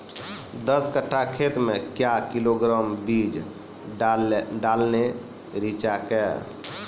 दस कट्ठा खेत मे क्या किलोग्राम बीज डालने रिचा के?